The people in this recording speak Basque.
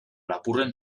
lapurren